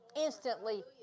instantly